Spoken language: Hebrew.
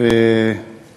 שנסע